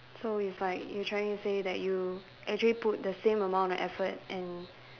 so it's like you trying to say that you actually put the same amount of effort and